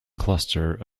cluster